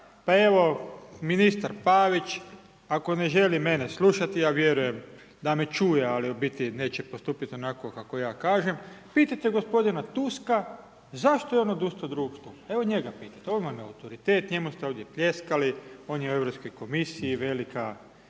pa evo ministar Pavić ako ne želi mene slušati, ja vjerujem da me čuje, ali u biti neće postupit onako kako ja kažem, pitajte gospodina Tuska zašto je on odustao od II. stupa? Evo njega pitajte, on vam je autoritet, njemu ste ovdje pljeskali, on je u europskoj komisiji velika